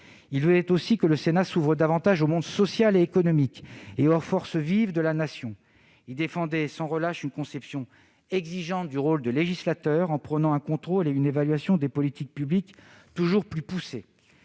Il voulait aussi que le Sénat s'ouvre davantage au monde social et économique et aux forces vives de la Nation. Il défendait sans relâche une conception exigeante du rôle du législateur, en prônant un contrôle et une évaluation des politiques publiques toujours plus poussés.